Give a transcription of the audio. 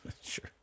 Sure